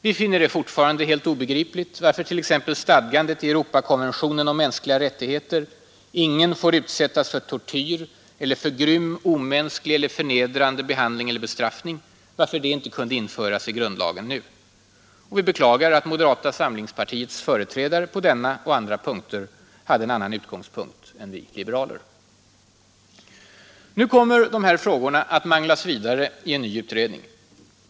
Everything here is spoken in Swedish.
Vi finner det fortfarande obegripligt varför t.ex. stadgandet i Europakonventionen om mänskliga rättigheter — ”Ingen får utsättas för tortyr eller för grym, omänsklig eller förnedrande behandling eller bestraffning” - inte kunde införas i grundlagen nu. Och vi beklagar att moderata samlingspartiets företrädare på denna och andra punkter hade en helt annan utgångspunkt än vi liberaler. Nu kommer de här frågorna att manglas vidare i en ny utredning.